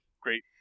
great